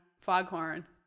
Foghorn